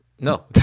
No